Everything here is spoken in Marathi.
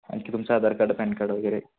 आणखी तुमचं आधार कार्ड पॅन कार्ड वगैरे